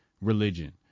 religion